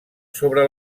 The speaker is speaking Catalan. sobre